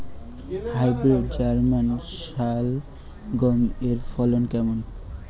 Hybrid German শালগম এর ফলন কেমন?